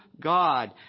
God